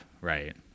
right